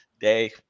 day